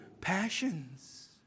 passions